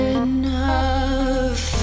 enough